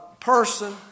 person